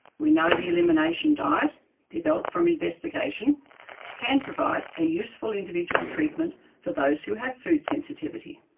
we know the elimination diet developed from investigation can provide a useful individual treatment for those who have food sensitivity.